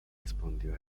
respondió